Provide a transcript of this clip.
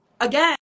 again